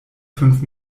fünf